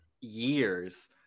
years